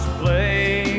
play